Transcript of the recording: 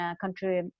country